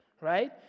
right